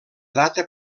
data